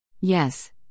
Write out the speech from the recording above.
Yes